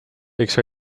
eks